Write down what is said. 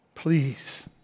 Please